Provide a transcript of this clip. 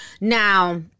Now